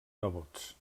nebots